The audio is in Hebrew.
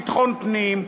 ביטחון פנים.